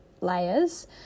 layers